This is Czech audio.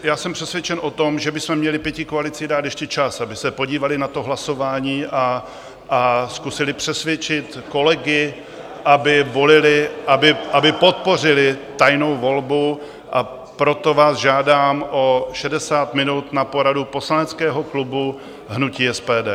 Já jsem přesvědčen o tom, že bychom měli pětikoalici dát ještě čas, aby se podívali na to hlasování a zkusili přesvědčit kolegy, aby volili, aby podpořili tajnou volbu, a proto vás žádám o 60 minut na poradu poslaneckého klubu hnutí SPD.